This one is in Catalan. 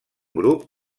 grup